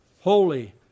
Holy